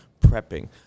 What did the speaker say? prepping